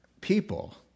people